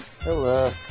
Hello